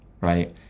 right